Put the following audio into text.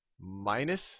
minus